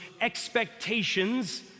expectations